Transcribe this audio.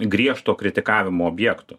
griežto kritikavimo objektų